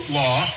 law